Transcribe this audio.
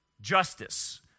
justice